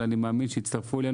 אבל אני מאמין שיצטרפו אלינו.